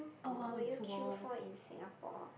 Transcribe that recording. what would you queue for in Singapore